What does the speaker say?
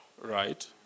Right